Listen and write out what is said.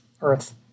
earth